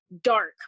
dark